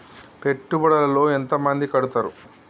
పెట్టుబడుల లో ఎంత మంది కడుతరు?